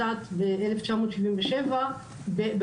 חבר הכנסת כסיף, אתה רצית לומר מספר מלים,